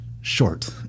short